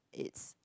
it's